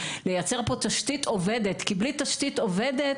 לייצר פה תשתית עובדת כי בלי תשתית עובדת,